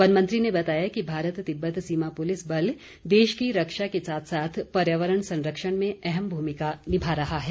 one मंत्री ने बताया कि भारत तिब्बत सीमा पुलिस बल देश की रक्षा के साथ साथ पर्यावरण संरक्षण में अहम भूमिका निभा रहा है